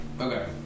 Okay